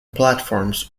platforms